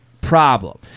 problem